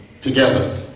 Together